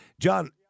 John